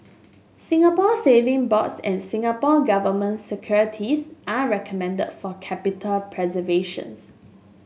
Singapore Saving Bonds and Singapore Government Securities are recommended for capital preservations